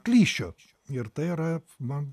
klišių ir tai yra man